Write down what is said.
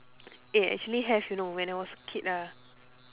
eh actually have you know when I was a kid ah